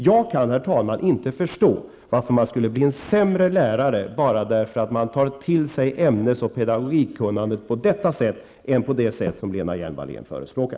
Jag kan inte förstå, herr talman, varför man skulle bli en sämre lärare bara därför att man tar till sig ämnes och pedagogikkunnandet på detta sätt än om man gör det på det sätt som Lena Hjelm-Wallén förespråkar.